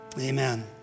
Amen